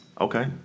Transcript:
Okay